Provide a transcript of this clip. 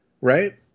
right